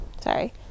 sorry